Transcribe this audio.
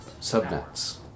subnets